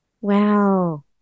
Wow